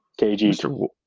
KG